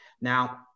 now